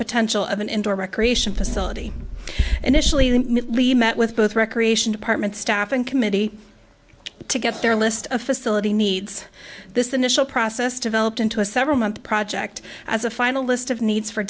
potential of an indoor recreation facility initially the lead met with both recreation department staff and committee to get their list of facility needs this initial process developed into a several month project as a final list of needs for